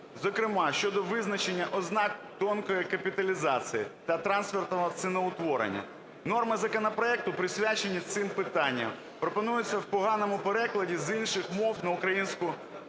зокрема щодо визначення ознак тонкої капіталізації та трансфертного ціноутворення, норми законопроекту, присвячені цим питанням, пропонуються в поганому перекладі з інших мов на українську, це